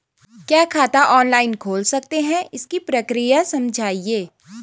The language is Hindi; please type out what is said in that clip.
क्या खाता ऑनलाइन खोल सकते हैं इसकी प्रक्रिया समझाइए?